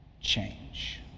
change